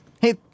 Hey